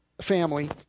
family